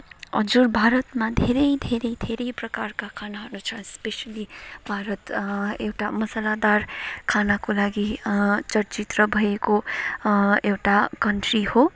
हजुर भारतमा धेरै धैरै धेरै प्रकारका खानाहरू छ स्पेसली भारत एउटा मसलादार खानाको लागि चर्चित भएको एउटा कन्ट्री हो